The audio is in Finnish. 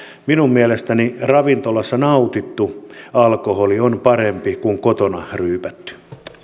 minun mielestäni ravintolassa nautittu alkoholi on parempi kuin kotona ryypätty